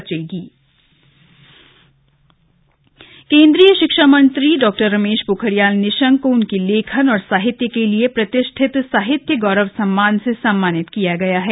साहित्य गौरव सम्मान केंद्रीय शिक्षा मंत्री डॉ रमेश पोखरियाल निशंक को उनके लेखन और साहित्य के लिए प्रतिष्ठित साहित्य गौरव सम्मान से सम्मानित किया है